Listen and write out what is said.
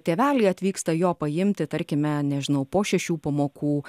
tėveliai atvyksta jo paimti tarkime nežinau po šešių pamokų